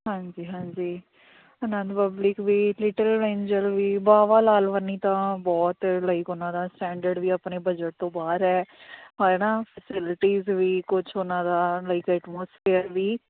ਹਾਂਜੀ ਹਾਂਜੀ ਆਨੰਦ ਪਬਲਿਕ ਵੀ ਲਿਟਲ ਰੇਂਜਰ ਵੀ ਬਾਬਾ ਲਾਲਵਨੀ ਤਾਂ ਬਹੁਤ ਲਾਈਕ ਉਹਨਾਂ ਦਾ ਸਟੈਂਡਰਡ ਵੀ ਆਪਣੇ ਬਜਟ ਤੋਂ ਬਾਹਰ ਹੈ ਹੈ ਨਾ ਫੈਸਿਲਿਟੀਜ਼ ਵੀ ਕੁਛ ਉਹਨਾਂ ਦਾ ਲਈ ਐਟਮੋਸਫੇਅਰ